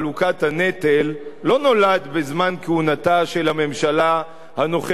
בחלוקת הנטל לא נולד בזמן כהונתה של הממשלה הנוכחית.